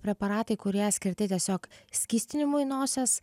preparatai kurie skirti tiesiog skystinimui nosies